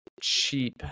cheap